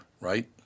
right